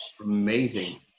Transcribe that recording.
amazing